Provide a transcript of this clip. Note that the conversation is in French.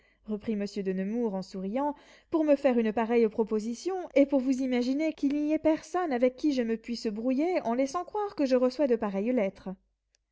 reprit monsieur de nemours en souriant pour me faire une pareille proposition et pour vous imaginer qu'il n'y ait personne avec qui je me puisse brouiller en laissant croire que je reçois de pareilles lettres